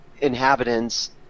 inhabitants